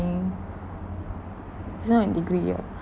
he's not in degree year